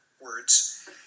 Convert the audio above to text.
words